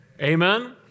Amen